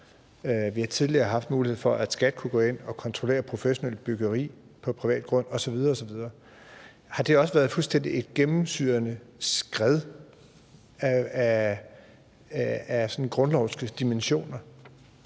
vi har tidligere haft mulighed for, at SKAT har kunnet gå ind og kontrollere professionelt byggeri på privat grund osv. osv. Har det også været et fuldstændig gennemsyrende skred af sådan grundlovsmæssige dimensioner?